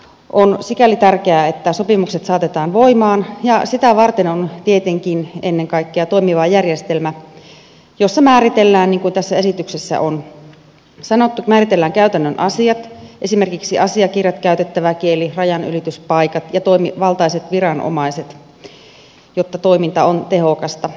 on sikäli tärkeää että sopimukset saatetaan voimaan ja sitä varten on tietenkin ennen kaikkea toimiva järjestelmä jossa määritellään niin kuin tässä esityksessä on sanottu käytännön asiat esimerkiksi asiakirjat käytettävä kieli rajanylityspaikat ja toimivaltaiset viranomaiset jotta toiminta on tehokasta